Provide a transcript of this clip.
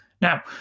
Now